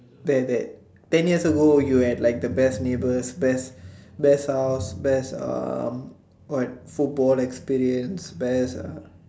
that that ten years ago you had like the best neighbours best best house best uh what football experience best